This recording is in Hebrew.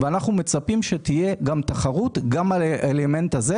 ואנחנו מצפים שתהיה תחרות גם על האלמנט הזה.